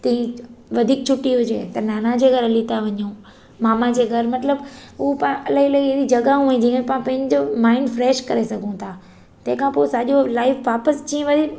त ई वधीक छुटी हुजे त नाना जे घर हली था वञू मामा जे घरु मतलबु उहो पाणु इलाही इलाही अहिड़ी जॻहियूं आहिनि जीअं पाणु पंहिंजो माइंड फ़्रेश करे सघूं था तंहिं खां पोइ साॻियो लाइफ़ वापसि अची करे